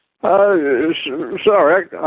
Sorry